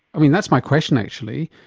i mean, that's my question actually,